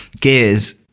gears